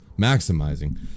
Maximizing